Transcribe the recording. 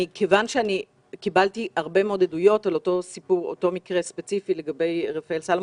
מכיוון שקיבלתי הרבה מאוד עדויות על אותו מקרה ספציפי לגבי רפאל סלומון,